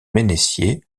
mennessier